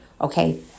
Okay